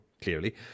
clearly